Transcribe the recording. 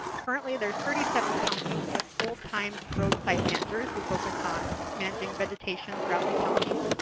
currently there's thirty seven counties with full-time roadside managers who focus on managing vegetation throughout the county.